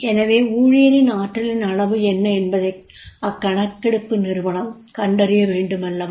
எனவே ஊழியரின் ஆற்றலின் அளவு என்ன என்பதை அக்கணக்கெடுப்பு நிறுவனம் கண்டறிய வேண்டுமல்லவா